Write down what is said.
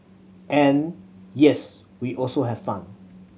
and yes we also have fun